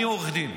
אני עורך דין,